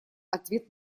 ответ